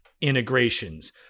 integrations